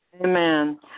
Amen